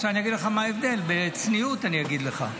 עכשיו אני אגיד לך מה ההבדל, בצניעות אני אגיד לך.